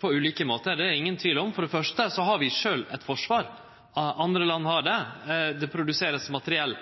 på ulike måtar, det er det ingen tvil om. For det første har vi sjølv eit forsvar, andre land har det, og det vert produsert materiell